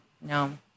no